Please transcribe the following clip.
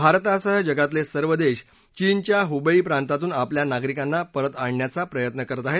भारतासह जगातले सर्व देश चीनच्या हुबेई प्रांतातून आपल्या नागरिकांना परत आणण्याचा प्रयत्न करत आहेत